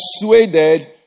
persuaded